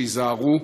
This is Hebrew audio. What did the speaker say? שייזהרו,